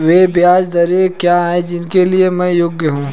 वे ब्याज दरें क्या हैं जिनके लिए मैं योग्य हूँ?